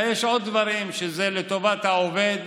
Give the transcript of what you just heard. יש עוד דברים שהם לטובת העובד,